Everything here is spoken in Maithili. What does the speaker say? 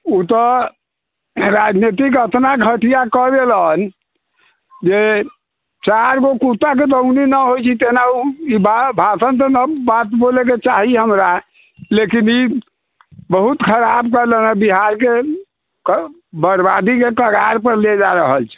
ओ तऽ राजनीतिके एतना घटिआकऽ देलनि जे चारिगो कुत्ताके दौनी नहि होइ छै तेना ई भाषण बात नहि बोलैके चाही हमरा लेकिन ई बहुत खराब केलनि हँ बिहारके बरबादीके कगारपर लऽ जा रहल छथि